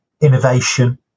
innovation